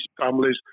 families